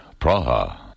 Praha